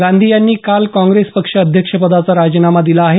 गांधी यांनी काल काँग्रेस पक्ष अध्यक्षपदाचा राजिनामा दिला आहे